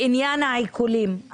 בעניין העיקולים,